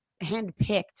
handpicked